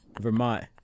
Vermont